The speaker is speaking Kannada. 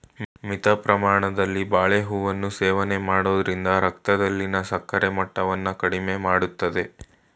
ಮಿತ ಪ್ರಮಾಣದಲ್ಲಿ ಬಾಳೆಹೂವನ್ನು ಸೇವನೆ ಮಾಡೋದ್ರಿಂದ ರಕ್ತದಲ್ಲಿನ ಸಕ್ಕರೆ ಮಟ್ಟವನ್ನ ಕಡಿಮೆ ಮಾಡ್ತದೆ